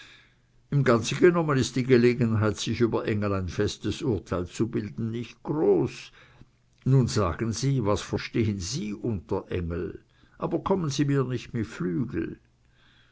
im ganzen genommen ist die gelegenheit sich über engel ein festes urteil zu bilden nicht groß nun sagen sie was verstehen sie unter engel aber kommen sie mir nicht mit flügel